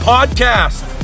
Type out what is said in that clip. Podcast